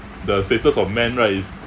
the status of men right is